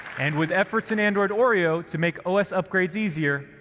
and with efforts in android oreo to make os upgrades easier,